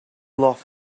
laugh